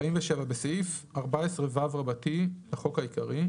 47. בסעיף 14ו לחוק העיקרי,